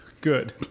good